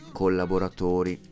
collaboratori